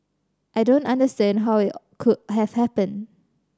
I don't understand how it could have happened